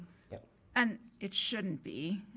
you know and, it shouldn't be.